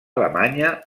alemanya